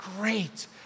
great